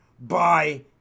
Bye